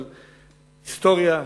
על היסטוריה?